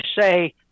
say